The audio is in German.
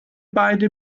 beide